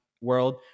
world